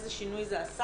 וראינו איזה שינוי זה עשה.